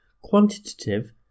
quantitative